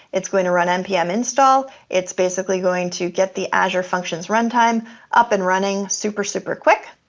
it's going to run npm install. it's basically going to get the azure functions run time up and running super, super quick.